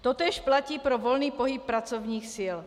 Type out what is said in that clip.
Totéž platí pro volný pohyb pracovních sil.